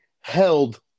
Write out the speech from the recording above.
held –